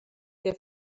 que